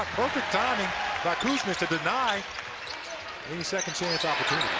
timing by kuzmic, to deny any second chance ah